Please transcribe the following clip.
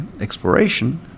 exploration